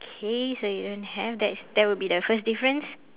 okay so you don't have that's that will be the first difference